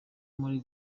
muri